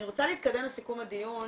אני רוצה להתקדם לסיכום הדיון.